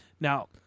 Now